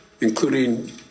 including